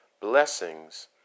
blessings